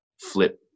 flip